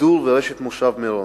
וגידור רשת למושב מירון.